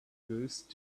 ghost